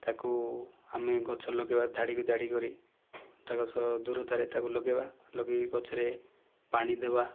ତାକୁ ଆମେ ଗଛ ଲଗାଇବା ଧାଡ଼ି କି ଧାଡ଼ି କରି ତା ସହ ଦୂରତା ରେ ତାକୁ ଲଗାଇବା ଲଗାଇକି ଗଛରେ ପାଣି ଦେବା